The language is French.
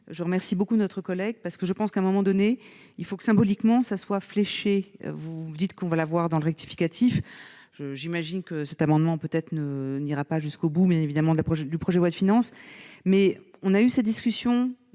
remercie beaucoup notre collègue parce que je pense qu'à un moment donné, il faut que, symboliquement, ça soit fléchée, vous dites qu'on va la voir dans le rectificatif je j'imagine que cet amendement peut-être ne n'ira pas jusqu'au bout, mais évidemment de l'approche du projet loi de finances, mais on a eu cette discussion,